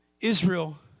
Israel